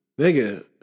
Nigga